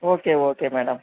okay okay madam